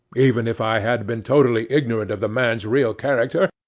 even if i had been totally ignorant of the man's real character,